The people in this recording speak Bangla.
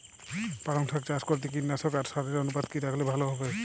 পালং শাক চাষ করতে কীটনাশক আর সারের অনুপাত কি রাখলে ভালো হবে?